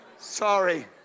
sorry